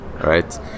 right